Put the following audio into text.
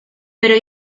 pero